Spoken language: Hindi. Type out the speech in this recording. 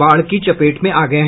बाढ़ की चपेट में आ गये हैं